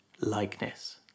likeness